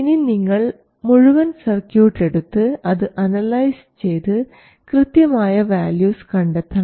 ഇനി നിങ്ങൾ മുഴുവൻ സർക്യൂട്ട് എടുത്ത് അത് അനലൈസ് ചെയ്ത് കൃത്യമായ വാല്യൂസ് കണ്ടെത്തണം